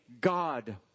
God